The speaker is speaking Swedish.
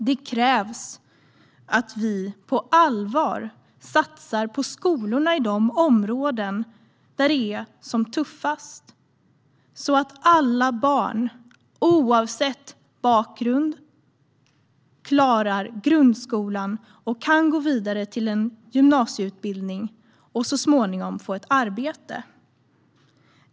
Det krävs att vi på allvar satsar på skolorna i de områden där det är som tuffast så att alla barn oavsett bakgrund klarar grundskolan och kan gå vidare till en gymnasieutbildning och så småningom få ett arbete.